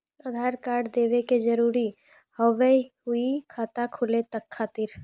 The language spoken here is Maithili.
आधार कार्ड देवे के जरूरी हाव हई खाता खुलाए खातिर?